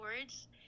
words